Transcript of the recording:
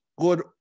good